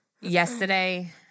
yesterday